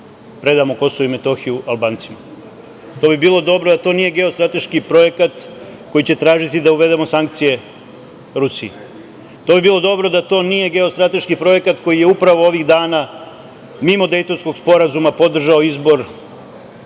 predamo KiM Albancima. To bi bilo dobro da to nije geostrateški projekat koji će tražiti da uvedemo sankcije Rusiji. To bi bilo dobro da to nije geostrateški projekat koji je upravo ovih dana mimo Dejtonskog sporazuma podržao izbor,